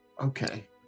Okay